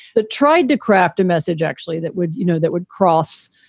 that tried to craft a message actually that would you know, that would cross.